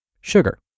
sugar